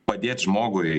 padėt žmogui